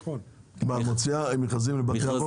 מוציאה מכרזים לבתי אבות?